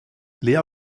lea